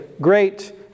great